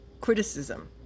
criticism